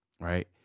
right